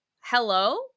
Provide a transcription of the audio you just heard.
Hello